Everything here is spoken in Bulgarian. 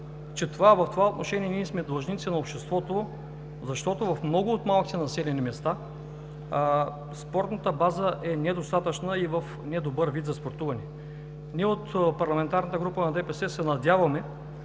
че в това отношение ние сме длъжници на обществото, защото в много от малките населени места спортната база е недостатъчна и в недобър вид за спортуване. Ние от парламентарната група на ДПС се надяваме,